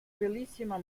bellissima